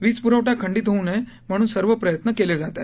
वीजप्रवठा खंडित होऊ नये म्हणून सर्व प्रयत्न केले जात आहेत